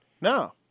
No